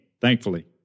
thankfully